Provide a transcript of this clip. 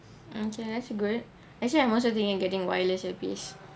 okay that's a good actually I also thinking getting a wireless earpiece